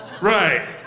Right